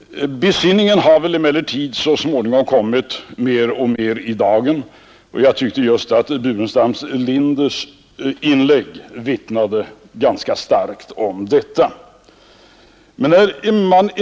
Besinningen har väl dock så småningom kommit mer och mer i dagen, och jag tyckte just att herr Burenstam Linders inlägg vittnade ganska starkt om detta.